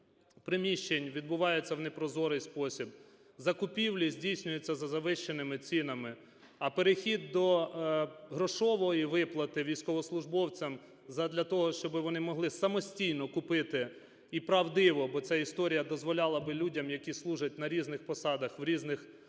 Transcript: приміщень відбувається в непрозорий спосіб, закупівлі здійснюються за завищеними цінами, а перехід до грошової виплати військовослужбовцям задля того, щоб вони могли самостійно купити і правдиво, бо ця історія дозволяла би людям, які служать на різних посадах в різних,